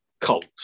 cult